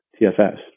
TFS